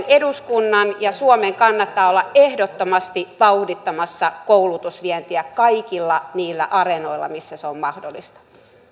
eduskunnan ja suomen kannattaa olla ehdottomasti vauhdittamassa koulutusvientiä kaikilla niillä areenoilla missä se on mahdollista